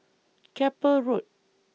Keppel Road